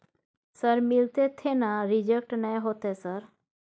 Sir मिलते थे ना रिजेक्ट नय होतय सर?